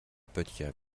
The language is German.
böttcher